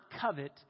covet